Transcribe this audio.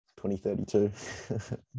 2032